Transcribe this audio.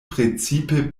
precipe